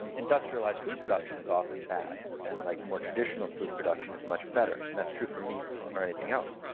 and industrialized food production is often bad, and like more traditional food production is much better. and that's true for meat or anything else.